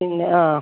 പിന്നെ ആ